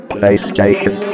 PlayStation